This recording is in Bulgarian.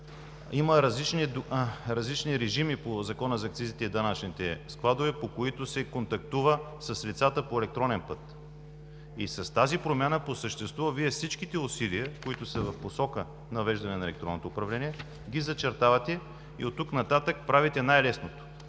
Има различни режими по Закона за акцизите и данъчните складове, по които се контактува с лицата по електронен път. С тази промяна по същество всичките усилия, които са в посока на въвеждане на електронното управление, Вие ги зачертавате и оттук нататък правите най-лесното